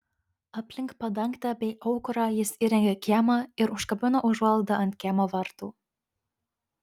aplink padangtę bei aukurą jis įrengė kiemą ir užkabino užuolaidą ant kiemo vartų